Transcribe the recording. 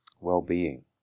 well-being